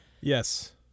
Yes